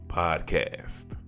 podcast